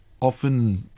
Often